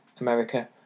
America